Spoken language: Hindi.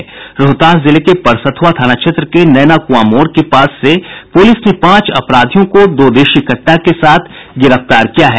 रोहतास जिले के परसथ्रआ थाना क्षेत्र के नैना कुआं मोड़ के पास से पुलिस ने पांच अपराधियों को दो देशी कट्टा के साथ गिरफ्तार किया है